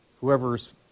whoever's